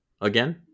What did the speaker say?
again